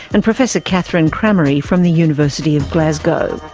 and professor kathryn crameri from the university of glasgow.